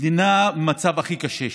מדינה במצב הכי קשה שיש.